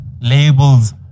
labels